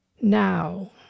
Now